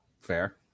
Fair